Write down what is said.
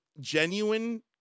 genuine